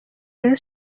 rayon